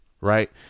right